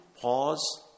pause